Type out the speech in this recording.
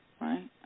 Right